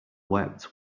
wept